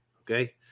Okay